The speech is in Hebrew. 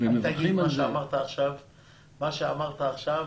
אל תגיד את מה שאמרת עכשיו כי בזה